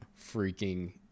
freaking